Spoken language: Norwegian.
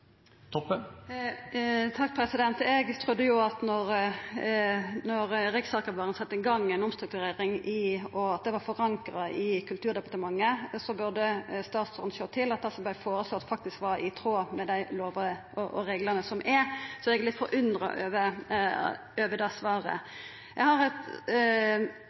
Eg trudde jo at når Riksarkivaren sette i gang ei omstrukturering og det var forankra i Kulturdepartementet, burde statsråden sjå til at det som var føreslått, faktisk var i tråd med dei lovene og reglane som er, så eg er litt forundra over det svaret. Eg har eit